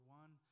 one